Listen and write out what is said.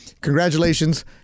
Congratulations